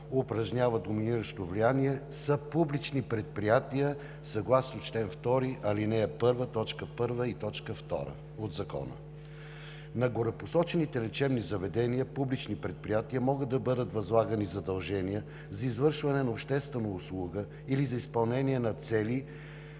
упражняват доминиращо влияние, са публични предприятия съгласно чл. 2, а. 1, т. 1 и т. 2 от Закона. На горепосочените лечебни заведения, публични предприятия могат да бъдат възлагани задължения за извършване на обществена услуга или за изпълнение на цели